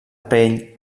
pell